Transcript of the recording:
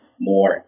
more